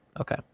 Okay